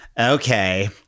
Okay